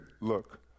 look